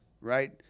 right